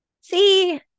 see